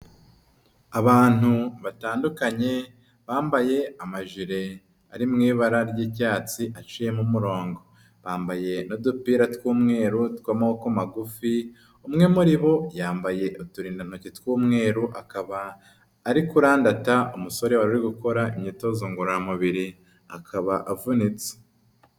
Abantu batandukanye bambaye amajire ari mu ibara ry'icyatsi aciyemo umurongo, bambaye n'udupira tw'umweru tw'amaboko maguf, mwe muri bo yambaye uturindantoki tw'umweru akaba ari kurandata umusore wari uri gukora gukora imyitozo ngororamubiri akaba avunitse.